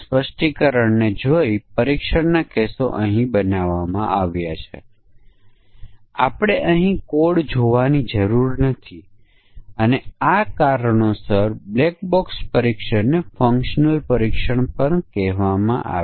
કેટલીક data item માટે આપણે અનેક પ્રકારના સમકક્ષ વર્ગો બનાવી શકીએ છીએ